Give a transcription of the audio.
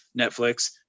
netflix